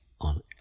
on